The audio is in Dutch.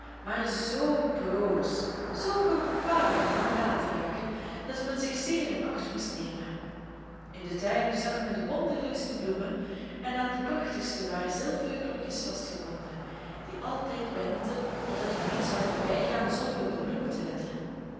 maar zoo broos zoo gevaarlijk om er aan te raken dat men zich zeer in acht moest nemen in den tuin zag men de wonderlijkste bloemen en aan de prachtigste waren zilveren klokjes vastgebonden die altijd bengelden opdat men niet zou voorbijgaan zonder op de bloemen te letten